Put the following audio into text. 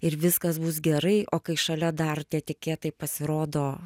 ir viskas bus gerai o kai šalia dar netikėtai pasirodo